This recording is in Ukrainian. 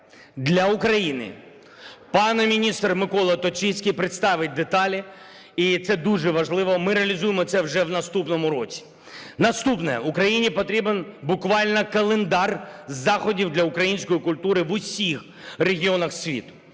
для України. Пан міністр Микола Точицький представить деталі, і це дуже важливо. Ми реалізуємо це вже в наступному році. Наступне. Україні потрібен буквально календар заходів для української культури в усіх регіонах світу,